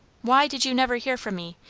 why did you never hear from me?